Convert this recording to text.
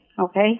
okay